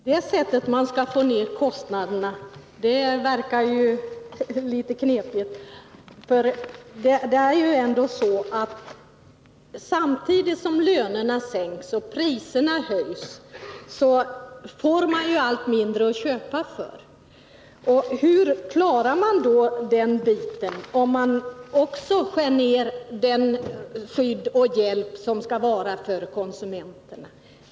Herr talman! Är det på det sättet man skall få ner kostnaderna, så verkar det ju litet knepigt. Det är ändå så att samtidigt som lönerna sänks och priserna höjs får man allt mindre att köpa för. Och hur klarar man den biten, om man också skär ner det skydd och den hjälp som skall vara till för konsumenterna?